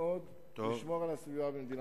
מאוד לשמור על הסביבה במדינת ישראל.